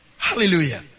Hallelujah